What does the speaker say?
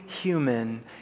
human